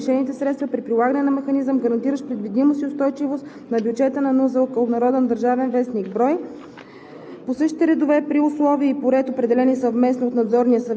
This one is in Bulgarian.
за специални медицински цели, договаряне на отстъпки и възстановяване на превишените средства при прилагане на механизъм, гарантиращ предвидимост и устойчивост па бюджета на НЗОК (обн., ДВ, бр. …) по